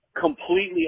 completely